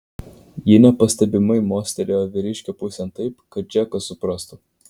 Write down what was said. ji nepastebimai mostelėjo vyriškio pusėn taip kad džekas suprastų